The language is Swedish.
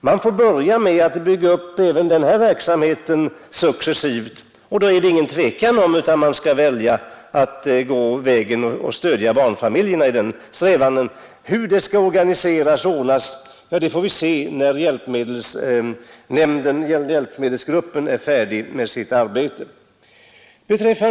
Man får börja med att bygga upp även den här verksamheten successivt, och då är det ingen tvekan om att man skall börja med att stödja barnfamiljerna. Hur det skall organiseras får vi se när hjälpmedelsgruppen är färdig med sitt arbete.